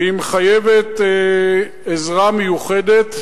והיא מחייבת עזרה מיוחדת,